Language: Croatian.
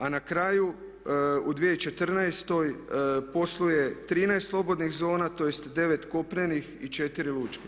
A na kraju u 2014. posluje 13 slobodnih zona tj. 9 kopnenih i 4 lučke.